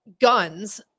guns